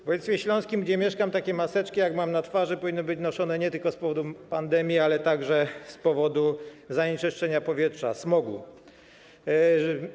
W województwie śląskim, gdzie mieszkam, takie maseczki, jak mam na twarzy, powinny być noszone nie tylko z powodu pandemii, ale także z powodu zanieczyszczenia powietrza, smogu.